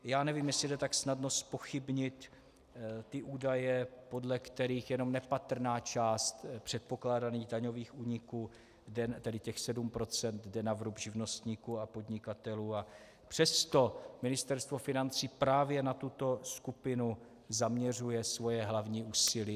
Já nevím, jestli jde tak snadno zpochybnit údaje, podle kterých jenom nepatrná část předpokládaných daňových úniků, tedy těch 7 %, jde na vrub živnostníků a podnikatelů, a přesto Ministerstvo financí právě na tuto skupinu zaměřuje svoje hlavní úsilí.